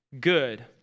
good